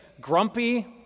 grumpy